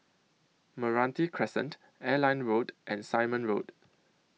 Meranti Crescent Airline Road and Simon Road